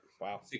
Wow